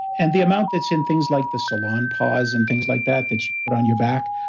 and the amount that's in things like the salonpas and things like that, that you put on your back,